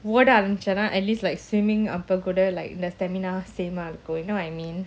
ஓடஆரம்பிச்சேன்னா:oda arambichena at least like swimming அப்போகூட:apo kooda like the stamina same ah இருக்கும்:irukum you know what I mean